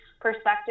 perspective